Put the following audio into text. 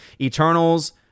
Eternals